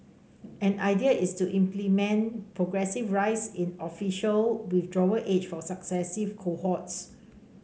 an idea is to implement progressive rise in official withdrawal age for successive cohorts